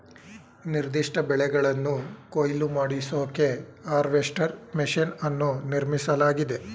ನಿರ್ದಿಷ್ಟ ಬೆಳೆಗಳನ್ನು ಕೊಯ್ಲು ಮಾಡಿಸೋಕೆ ಹಾರ್ವೆಸ್ಟರ್ ಮೆಷಿನ್ ಅನ್ನು ನಿರ್ಮಿಸಲಾಗಿದೆ